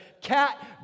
Cat